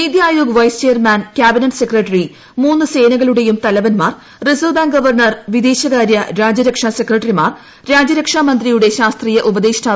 നീതി Aayog vice chairman cabinet സെക്രട്ടറിമൂന്ന് സേനകളുടെയും തലവന്മാർ റിസർവ് ബാങ്ക് ഗവർണർ വിദേശകാര്യ രാജ്യരക്ഷാ സെക്രട്ടറിമാർ രാജ്യരക്ഷാ മന്ത്രിയുടെ ശാസ്ത്രീയ ഉപദേഷ്ടാവ് തുടങ്ങിയവർ അംഗങ്ങളാണ്